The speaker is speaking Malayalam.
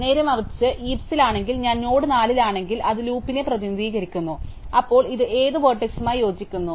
നേരെമറിച്ച് ഹീപ്സിൽ ആണെങ്കിൽ ഞാൻ നോഡ് 4 ൽ ആണെങ്കിൽ അത് ലൂപ്പിനെ പ്രതിനിധീകരിക്കുന്നു അപ്പോൾ ഇത് ഏത് വേർട്സ്സുമായി യോജിക്കുന്നു